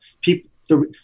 people